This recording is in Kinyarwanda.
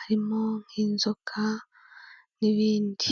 harimo nk'inzoka n'ibindi.